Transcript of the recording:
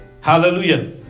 Hallelujah